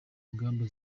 ingamba